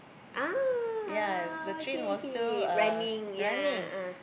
ah okay okay running ya ah